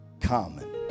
common